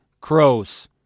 crows